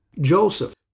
Joseph